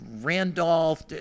randolph